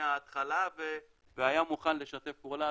מההתחלה והיה מוכן לשתף פעולה,